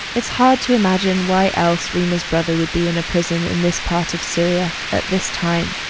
it's hard to imagine why else reema's brother would be in a prison in this part of syria at this time.